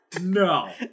no